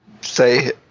say